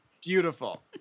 Beautiful